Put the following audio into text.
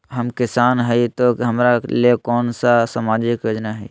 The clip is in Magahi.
हम किसान हई तो हमरा ले कोन सा सामाजिक योजना है?